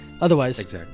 Otherwise